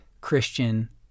Christian